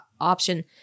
option